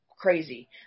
crazy